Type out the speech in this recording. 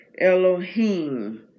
Elohim